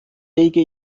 rege